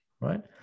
right